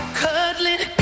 cuddling